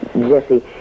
Jesse